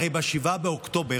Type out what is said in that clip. הרי ב-7 באוקטובר,